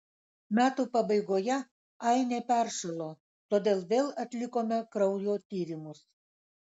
metų pabaigoje ainė peršalo todėl vėl atlikome kraujo tyrimus